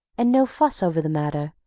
and no fuss over the matter,